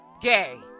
gay